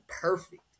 perfect